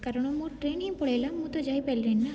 କାରଣ ମୋ ଟ୍ରେନ୍ ହିଁ ପଳେଇଲା ମୁଁ ତ ଯାଇ ପାରିଲିନି ନା